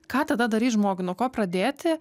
ką tada daryt žmogui nuo ko pradėti